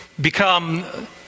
become